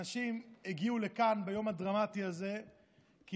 אנשים הגיעו לכאן ביום הדרמטי הזה כי